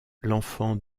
l’enfant